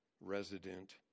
resident